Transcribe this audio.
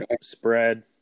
spread